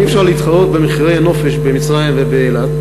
אי-אפשר להתחרות במחירי הנופש במצרים באילת.